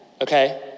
Okay